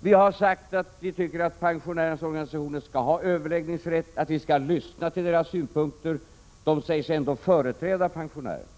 Vi har sagt att vi tycker att pensionärernas organisationer skall ha överläggningsrätt och att vi skall lyssna till deras synpunkter — de sägs ändå företräda pensionärerna.